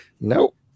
Nope